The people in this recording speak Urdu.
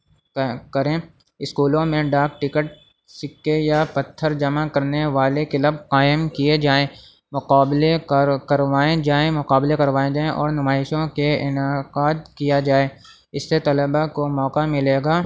طے کریں اسکولوں میں ڈاک ٹکٹ سکے یا پتھر جمع کرنے والے کلب قائم کیے جائیں مقابلے کر کروائیں جائیں مقابلے کروائے جائیں اور نمائشوں کے انعقاد کیا جائے اس سے طلباء کو موقع ملے گا